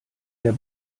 der